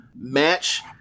match